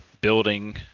building